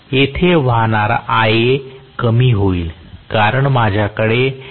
येथे वाहणारा Ia कमी होईल कारण माझ्याकडे आहे